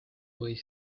või